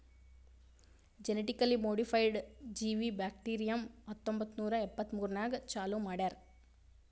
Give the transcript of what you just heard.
genetically modified ಜೀವಿ bacterium ಹತ್ತೊಂಬತ್ತು ನೂರಾ ಎಪ್ಪತ್ಮೂರನಾಗ್ ಚಾಲೂ ಮಾಡ್ಯಾರ್